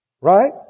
Right